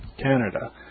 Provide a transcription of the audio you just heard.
Canada